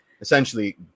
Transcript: essentially